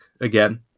again